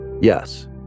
Yes